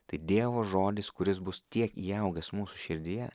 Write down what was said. tai dievo žodis kuris bus tiek įaugęs mūsų širdyje